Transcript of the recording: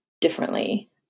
differently